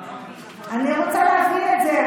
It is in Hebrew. אני רוצה להבין את זה,